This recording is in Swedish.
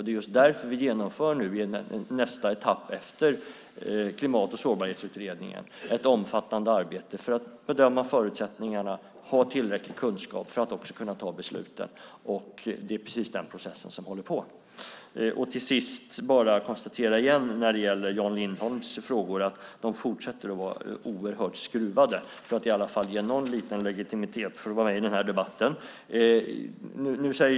Det är därför vi i nästa etapp efter Klimat och sårbarhetsutredningen genomför ett omfattande arbete för att bedöma förutsättningarna och få tillräcklig kunskap för att också kunna ta besluten. Det är precis den processen som pågår. Till sist konstaterar jag igen när det gäller Jan Lindholms frågor att de fortsätter att vara oerhört skruvade för att ge någon liten legitimitet för den här debatten.